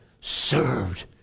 served